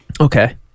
Okay